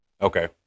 Okay